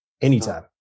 anytime